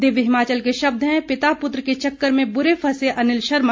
दिव्य हिमाचल के शब्द हैं पिता पुत्र के चक्कर में बुरे फंसे अनिल शर्मा